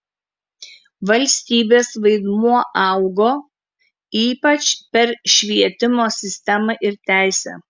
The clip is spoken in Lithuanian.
valstybės vaidmuo augo ypač per švietimo sistemą ir teisę